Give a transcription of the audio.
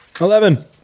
Eleven